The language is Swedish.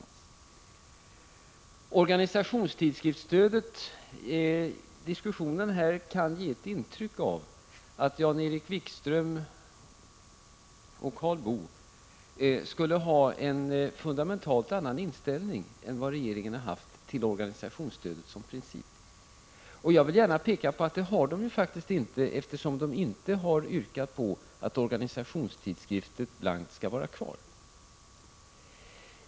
Diskussionen om organisationstidskriftsstödet kan ge ett intryck av att Jan-Erik Wikström och Karl Boo skulle ha en fundamentalt annan inställning än vad regeringen haft till principen bakom organisationsstödet. Jag vill gärna påpeka att de faktiskt inte har det, eftersom de inte här yrkat på att stödet till organisationstidskrifter oförändrat skall vara kvar.